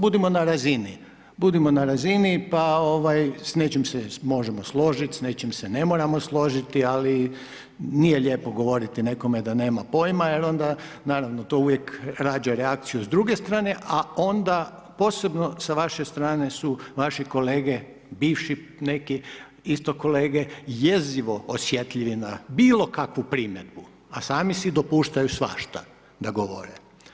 Budimo na razini, pa ovaj, s nečim se možemo složiti, s nečim se ne moramo složiti, ali nije lijepo govoriti nekome da nema pojma, jer onda, naravno to rađa reakciju s druge strane, a onda posebno sa vaše strane su vaši kolege bivši neki isto kolege jezivo osjetljivi na bilo kakvu primjedbu, a sami si dopuštaju svašta da govore.